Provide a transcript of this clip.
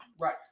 Right